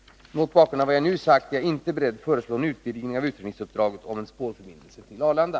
Mot bakgrund av vad jag nu sagt är jag inte beredd föreslå någon utvidgning av utredningsuppdraget beträffande en spårförbindelse till Arlanda.